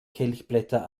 kelchblätter